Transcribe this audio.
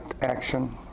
action